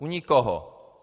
U nikoho.